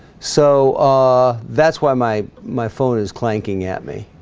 so ah that's why my my phone is clanking at me